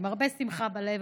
עם הרבה שמחה בלב,